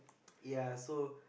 ya so